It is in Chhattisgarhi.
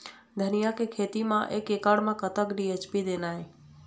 धनिया के खेती म एक एकड़ म कतक डी.ए.पी देना ये?